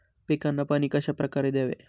पिकांना पाणी कशाप्रकारे द्यावे?